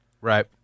right